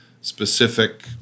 specific